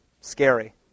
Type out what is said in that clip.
Scary